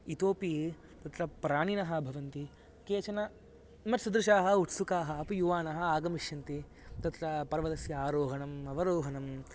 इतोपि तत्र प्राणिनः भवन्ति केचन मत्सदृशाः उत्सुकाः अपि युवानाः आगमिष्यन्ति तत्र पर्वतस्य आरोहणम् अवरोहणम्